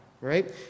right